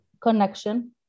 Connection